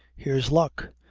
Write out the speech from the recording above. here's luck,